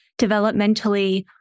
developmentally